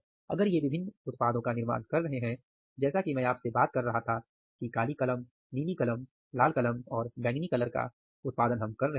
अगर वे विभिन्न उत्पादों का निर्माण कर रहे हैं जैसा कि मैं आपसे बात कर रहा था कि काली कलम नीली कलम लाल कलम और बैंगनी कलम का उत्पादन हम कर रहे थे